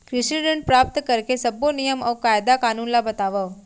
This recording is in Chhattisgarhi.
कृषि ऋण प्राप्त करेके सब्बो नियम अऊ कायदे कानून ला बतावव?